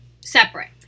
separate